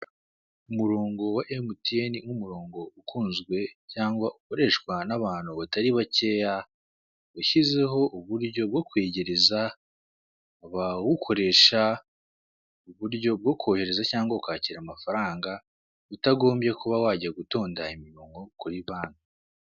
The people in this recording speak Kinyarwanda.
Umurongo wa emutiyene ni umurongo ukunzwe cyangwa ukoreshwa n'abantu batari bakeya ushyizeho uburyo bwo kwegereza ababukoresha, uburyo bwo kohereza cyangwa ukakira amafaranga utagombye kuba wajya gutonda imirongo kuri banki.